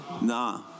Nah